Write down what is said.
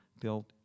built